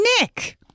Nick